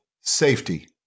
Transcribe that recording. safety